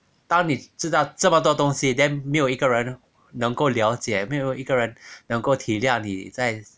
当你知道这么多东西 then 没有一个人能够了解没有一个人能够体谅你在